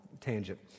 tangent